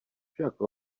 však